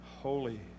Holy